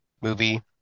movie